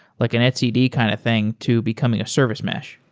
like an etcd kind of thing to becoming a service mesh?